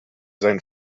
sein